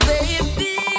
Baby